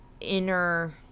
inner